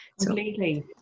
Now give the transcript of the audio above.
completely